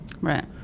Right